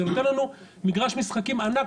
זה נותן לנו מגרש משחקים ענק,